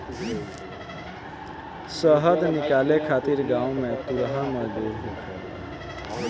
शहद निकाले खातिर गांव में तुरहा मजदूर होखेलेन